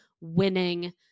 winning